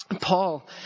Paul